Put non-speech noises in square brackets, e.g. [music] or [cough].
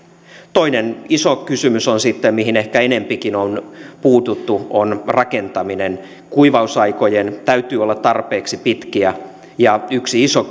toinen iso kysymys sitten mihin ehkä enempikin on puututtu on rakentaminen kuivausaikojen täytyy olla tarpeeksi pitkiä ja yksi iso [unintelligible]